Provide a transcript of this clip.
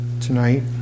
tonight